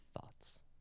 Thoughts